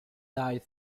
died